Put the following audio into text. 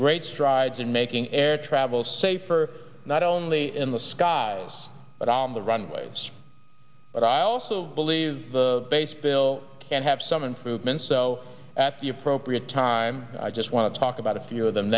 great strides in making air travel safer not only in the skies but on the runways but i also believe the base bill can have some influence so at the appropriate time i just want to talk about a few of them